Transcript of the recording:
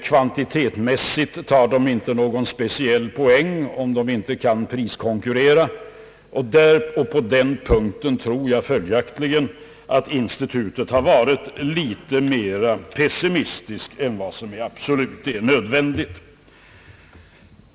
Kvantitetsmässigt tar finnarna inte någon speciell poäng om de inte kan priskonkurrera. På den punkten tror jag följaktligen att institutet har varit litet mer pessimistiskt än vad som är absolut nödvändigt.